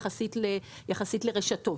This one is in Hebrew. יחסית לרשתות.